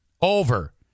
over